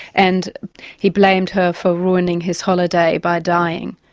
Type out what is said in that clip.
and he blamed her for ruining his holiday by dying.